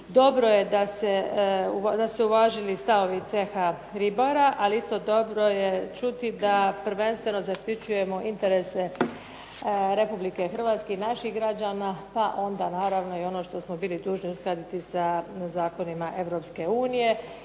Dobro da su se uvažili stavovi ceha ribara, ali isto dobro je čuti da prvenstveno zaštićujemo interese Republike Hrvatske i naših građana pa onda naravno i ono što smo bili dužni uskladiti sa zakonima